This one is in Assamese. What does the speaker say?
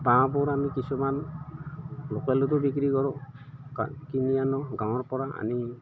বাঁহবোৰ আমি কিছুমান লোকেলতো বিক্ৰী কৰোঁ কিনি আনোঁ গাঁৱৰপৰা আনি